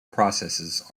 processes